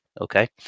okay